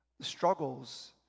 struggles